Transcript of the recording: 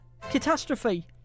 catastrophe